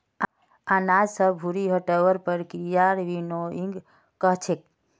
अनाज स भूसी हटव्वार प्रक्रियाक विनोइंग कह छेक